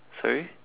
sorry